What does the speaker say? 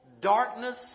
darkness